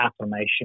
affirmation